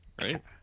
right